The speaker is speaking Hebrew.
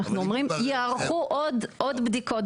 אנחנו ואמרים שייערכו עוד בדיקות.